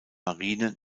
marine